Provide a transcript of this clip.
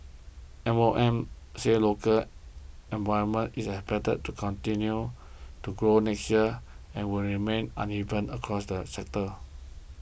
M O M said local employment is expected to continue to grow next year and it will remain uneven across the sectors